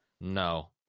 No